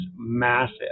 massive